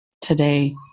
today